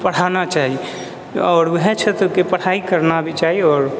पढाना चाही आओर वएहे क्षेत्रके पढाइ करना भी चाही आओर